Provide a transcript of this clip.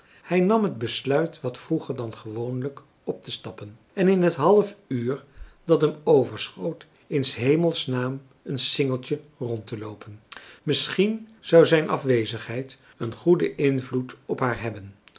hij nam het besluit wat vroeger dan gewoonlijk optestappen en in het half uur dat hem overschoot in s hemelsnaam een singeltje rondteloopen misschien zou zijn afwezigheid een goeden invloed op haar hebben